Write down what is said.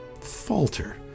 falter